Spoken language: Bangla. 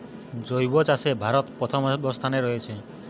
জৈব চাষে ভারত প্রথম অবস্থানে রয়েছে